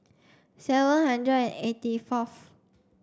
seven hundred and eighty fourth